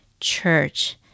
church